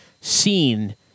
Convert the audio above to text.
seen